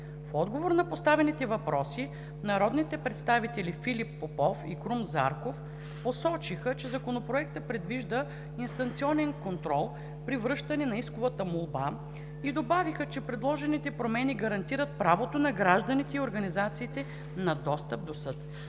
В отговор на поставените въпроси народните представители Филип Попов и Крум Зарков посочиха, че Законопроектът предвижда инстанционен контрол при връщане на исковата молба и добавиха, че предложените промени гарантират правото на гражданите и организациите на достъп до съд.